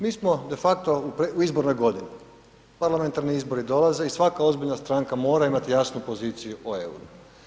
Mi smo de facto u izbornoj godini, parlamentarni izbori dolaze i svaka ozbiljna stranka mora imati jasnu poziciju o euru.